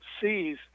sees